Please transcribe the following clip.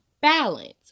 balance